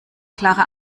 klare